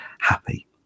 happy